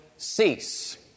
cease